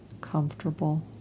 comfortable